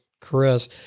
Chris